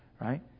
right